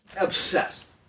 Obsessed